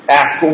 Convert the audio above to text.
ask